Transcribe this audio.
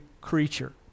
creature